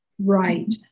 Right